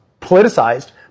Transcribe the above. politicized